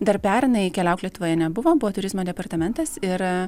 dar pernai keliauk lietuvoje nebuvo buvo turizmo departamentas ir